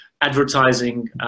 Advertising